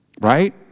right